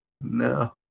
No